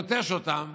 נוטש אותם,